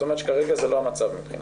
את אומרת שכרגע זה לא המצב מבחינתך?